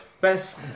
Best